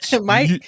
Mike